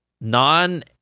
non